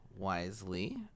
wisely